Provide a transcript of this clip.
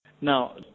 now